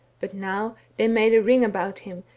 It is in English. but now they made a ring about him,